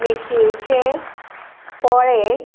मेथयेचे पोळे